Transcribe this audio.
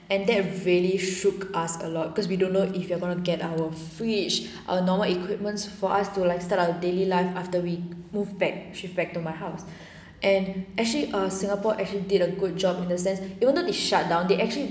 and that really shook us a lot because we don't know if we are gonna get our fridge our normal equipment for us to like start our daily life after we move back shift back to my house and actually uh singapore actually did a good job in the sense even though they shut down they actually